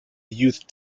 youth